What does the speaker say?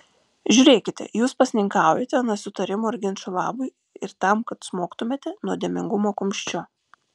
žiūrėkite jūs pasninkaujate nesutarimų ir ginčų labui ir tam kad smogtumėte nuodėmingumo kumščiu